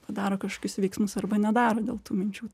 padaro kažkokius veiksmus arba nedaro dėl tų minčių